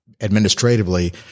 administratively